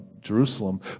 Jerusalem